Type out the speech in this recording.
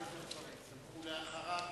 אחריו,